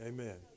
Amen